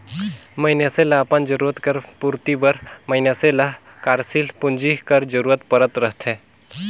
मइनसे ल अपन जरूरत कर पूरति बर मइनसे ल कारसील पूंजी कर जरूरत परत रहथे